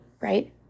Right